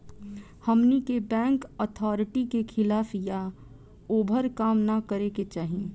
हमनी के bank authority के खिलाफ या ओभर काम न करे के चाही